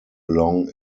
along